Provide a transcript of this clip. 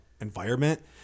environment